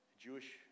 Jewish